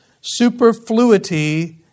superfluity